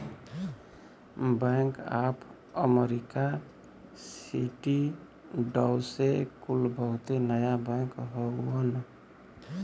bank of America, Citi, Deutsche कुल बहुते नया बैंक हउवन